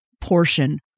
portion